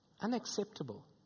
Unacceptable